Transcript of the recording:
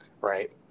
right